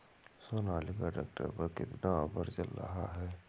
Sonalika tractor पर कितना offer चल रहा है?